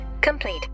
complete